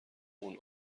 اون